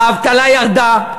האבטלה ירדה,